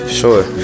sure